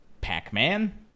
Pac-Man